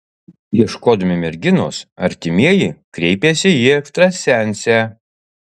ieškodami merginos artimieji kreipėsi į ekstrasensę